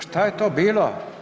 Šta je to bilo?